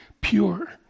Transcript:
pure